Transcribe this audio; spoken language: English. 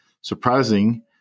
surprising